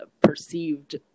perceived